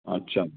अच्छा